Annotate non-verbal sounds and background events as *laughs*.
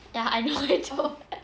ya I know *laughs*